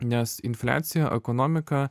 nes infliacija ekonomika